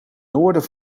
noorden